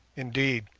indeed,